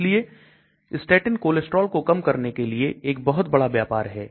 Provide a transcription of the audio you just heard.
इसलिए statin Cholestrol को कम करने के लिए एक बहुत बड़ा व्यापार है